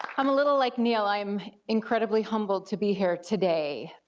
and a little like neal, i'm incredibly humbled to be here today,